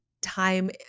time